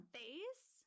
face